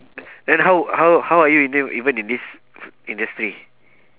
then how how how are you in you even in this industry